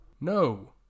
No